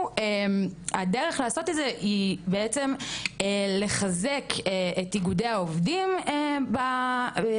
הדרך לעשות את זה היא בעצם לחזק את איגודי העובדים במקצועות